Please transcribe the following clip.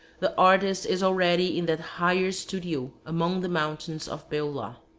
the artist is already in that higher studio among the mountains of beulah.